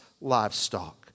livestock